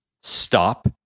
stop